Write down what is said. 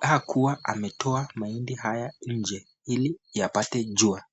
hakuwa ametoa mahindi haya nje ili yapate jua.